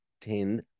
Ten